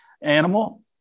animal